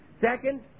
Second